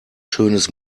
schönes